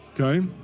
Okay